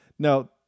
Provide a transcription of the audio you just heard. Now